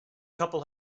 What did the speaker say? couple